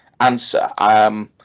answer